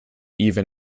even